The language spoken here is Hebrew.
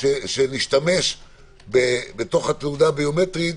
שנשתמש בתוך התעודה הביומטרית